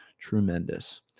Tremendous